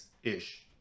Ish